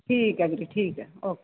ਠੀਕ ਹੈ ਵੀਰੇ ਠੀਕ ਹੈ ਓਕੇ